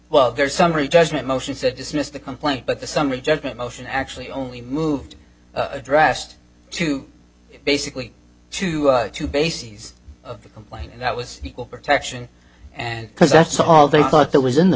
well there's summary judgment motion said dismissed the complaint but the summary judgment motion actually only moved addressed to basically two two bases of the complaint that was equal protection and because that's all they thought that was in the